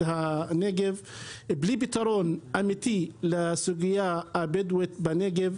הנגב בלי פתרון אמיתי לסוגיה הבדואית בנגב